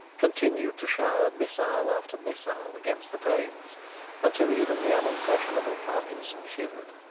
continued to shower missile after missile against the panes until even the unimpressionable parkinson shivered.